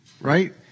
right